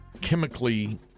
chemically